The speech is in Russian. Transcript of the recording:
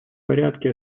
порядке